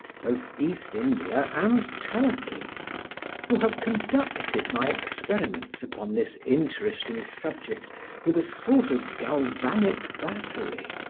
both east india and turkey who have conducted my experiments upon this interesting subject with a sort of galvanic battery,